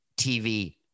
TV